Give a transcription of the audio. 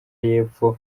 yepfo